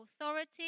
authority